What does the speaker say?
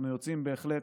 אנחנו יוצאים בהחלט